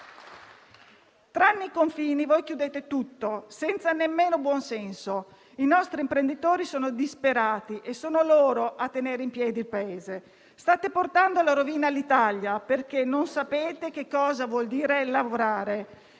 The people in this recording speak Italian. Tranne i confini, voi chiudete tutto, senza nemmeno buonsenso. I nostri imprenditori sono disperati e sono loro a tenere in piedi il Paese. State portando alla rovina l'Italia perché non sapete che cosa vuol dire lavorare.